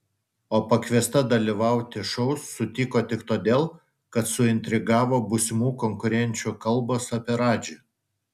o pakviesta dalyvauti šou sutiko tik todėl kad suintrigavo būsimų konkurenčių kalbos apie radžį